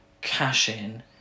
cash-in